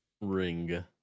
Ring